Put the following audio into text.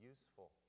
useful